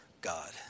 God